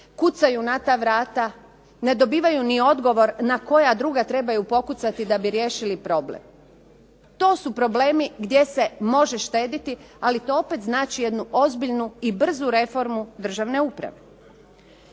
kucaju na ta vrata, ne dobivaju ni odgovor na koja druga trebaju pokucati da bi riješili problem. To su problemi gdje se može štediti, ali to opet znači jednu ozbiljnu i brzu reformu državne uprave.